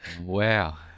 wow